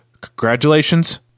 Congratulations